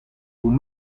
hoe